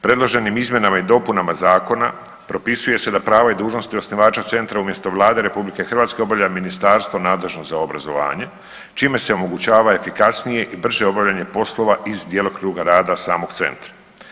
Predloženim izmjenama i dopunama zakona propisuje se da prava i dužnosti osnivača centra umjesto Vlade RH obavlja ministarstvo nadležno za obrazovanje čime se omogućava efikasnije i brže obavljanje poslova iz djelokruga rada samog centra.